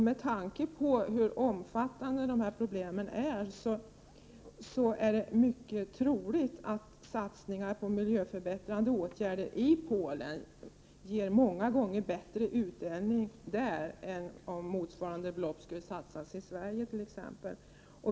Med tanke på hur omfattande dessa problem är, är det mycket troligt att satsningar på miljöförbättrande åtgärder i Polen ger många gånger bättre utdelning där än om motsvarande belopp skulle satsas i Sverige.